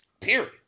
period